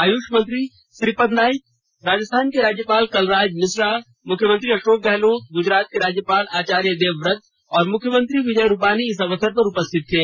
आयुष मंत्री श्री पदनाईक राजस्थान के राज्यपाल कलराज मिश्रा मुख्यमंत्री अशोक गहलोत गुजरात के राज्यपाल आचार्य देवव्रत और मुख्यमंत्री विजय रूपानी इस अवसर पर उपस्थित थे